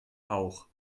auch